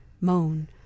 moan